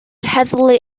heddlu